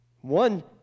One